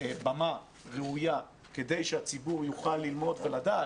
במה ראויה כדי שהציבור יוכל ללמוד ולדעת